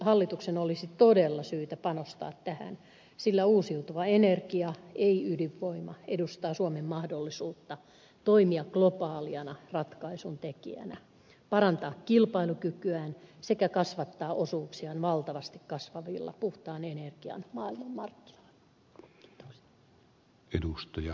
hallituksen olisi todella syytä panostaa tähän sillä uusiutuva energia ei ydinvoima edustaa suomen mahdollisuutta toimia globaalina ratkaisun tekijänä parantaa kilpailukykyään sekä kasvattaa osuuksiaan valtavasti kasvavilla puhtaan energian maailmanmarkkinoilla